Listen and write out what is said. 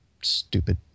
stupid